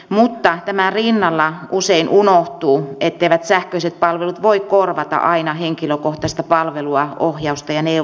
mutta tämän rinnalla usein unohtuu etteivät sähköiset palvelut voi korvata aina henkilökohtaista palvelua ohjausta ja neuvontaa